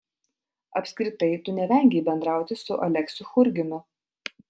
apskritai tu nevengei bendrauti su aleksiu churginu